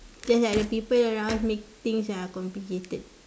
just that the people around make things uh complicated